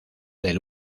del